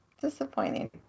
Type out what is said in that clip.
Disappointing